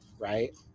right